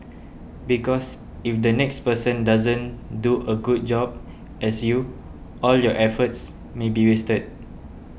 because if the next person doesn't do a good job as you all your efforts may be wasted